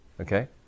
Okay